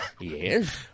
Yes